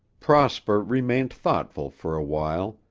prosper remained thoughtful for a while,